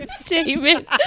statement